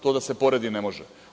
To da se poredi ne može.